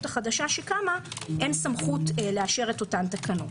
החדשה שקמה אין סמכות לאשר אותן תקנות.